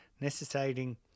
necessitating